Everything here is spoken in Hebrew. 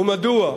ומדוע?